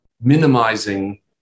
minimizing